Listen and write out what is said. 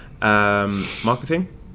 Marketing